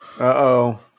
Uh-oh